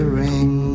ring